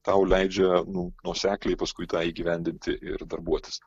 tau leidžia nu nuosekliai paskui tą įgyvendinti ir darbuotis